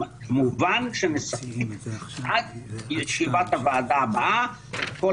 כמובן שנספק לישיבת הוועדה הבאה את כל